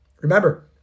Remember